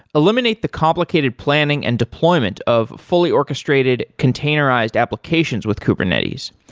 eliminate the complicated planning and deployment of fully orchestrated containerized applications with kubernetes.